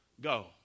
go